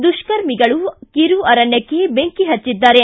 ದುಷ್ಕರ್ಮಿಗಳು ಕಿರು ಅರಣ್ಯಕ್ಷೆ ಬೆಂಕಿ ಪಚ್ಚಿದ್ದಾರೆ